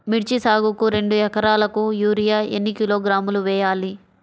మిర్చి సాగుకు రెండు ఏకరాలకు యూరియా ఏన్ని కిలోగ్రాములు వేయాలి?